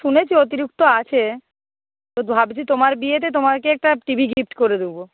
শুনেছি অতিরিক্ত আছে তো ভাবছি তোমার বিয়েতে তোমাকে একটা টি ভি গিফট করে দেবো